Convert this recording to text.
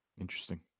Interesting